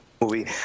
movie